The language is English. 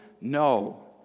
No